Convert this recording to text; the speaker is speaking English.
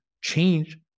change